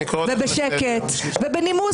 מה זה צווחות היסטריות?